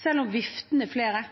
Selv om det i viften er flere